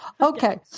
Okay